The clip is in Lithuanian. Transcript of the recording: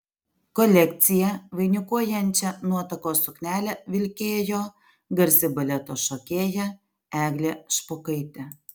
kolekciją vainikuojančią nuotakos suknelę vilkėjo garsi baleto šokėja eglė špokaitė